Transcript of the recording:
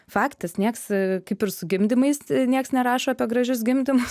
faktas nieks kaip ir su gimdymais niekas nerašo apie gražius gimdymus